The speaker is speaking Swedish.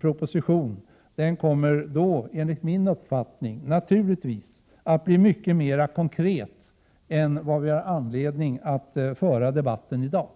propositionen kommer enligt min uppfattning att bli mycket mer konkret än vad det finns anledning till i dag.